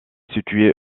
situé